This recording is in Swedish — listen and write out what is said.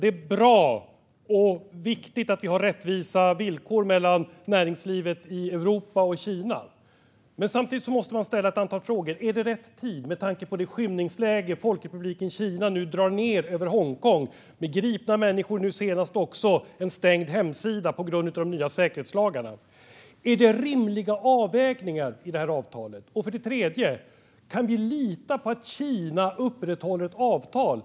Det är bra och viktigt att vi har rättvisa villkor mellan näringslivet i Europa och Kina, men samtidigt måste man ställa ett antal frågor. Är det rätt tid för detta med tanke på det skymningsläge Folkrepubliken Kina drar ned över Hongkong med gripna människor och nu senast också en stängd hemsida på grund av de nya säkerhetslagarna? Är det rimliga avvägningar i det här avtalet? Och kan vi lita på att Kina upprätthåller ett avtal?